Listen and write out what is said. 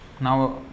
Now